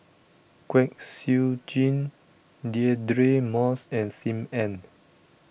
Kwek Siew Jin Deirdre Moss and Sim Ann